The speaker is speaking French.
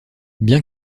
bien